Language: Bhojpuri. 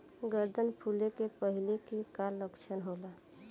गर्दन फुले के पहिले के का लक्षण होला?